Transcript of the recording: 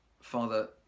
Father